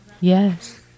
yes